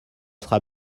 sera